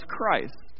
Christ